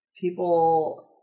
people